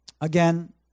again